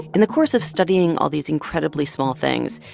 in the course of studying all these incredibly small things,